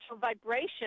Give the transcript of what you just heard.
vibration